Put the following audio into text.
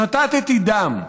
שתתי דם.